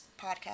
Podcast